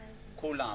כולם,